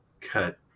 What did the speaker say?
cut